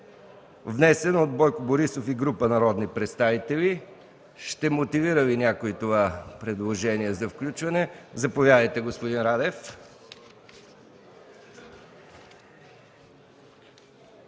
внесен от Бойко Борисов и група народни представители. Ще мотивира ли някой това предложение за включване? Заповядайте, господин Радев.